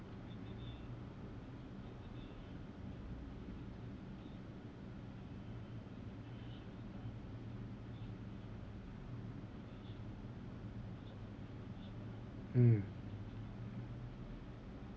mm